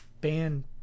ban